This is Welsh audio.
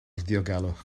ddiogelwch